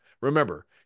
Remember